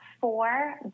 four